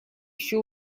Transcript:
ещё